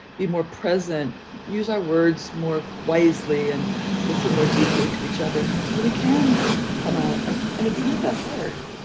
be more present, use our words more wisely and listen more deeply to each other. and we can come out and and it's not that hard.